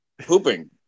Pooping